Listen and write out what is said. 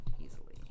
easily